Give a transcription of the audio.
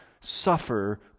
suffer